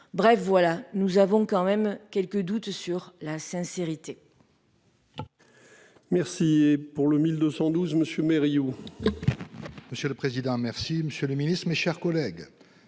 Bref, voilà, nous avons quand même quelques doutes sur la sincérité.